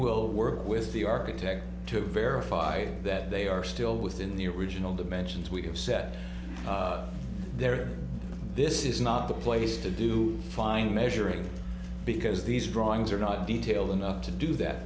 will work with the architect to verify that they are still within the original dimensions we have set there this is not the place to do fine measuring because these drawings are not detailed enough to do that